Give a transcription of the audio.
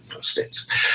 states